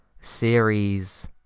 Series